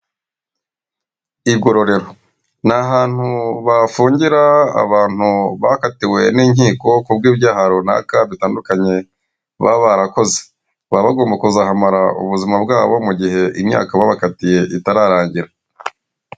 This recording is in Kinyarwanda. Igororero ni ahantu bafungira abantu bakatiwe n'inkiko kubw'ibyaha runaka bitandukanye baba barakoze, baba bagomba kuzahamara ubuzima bwabo mu gihe imyaka babakatiye itararangira.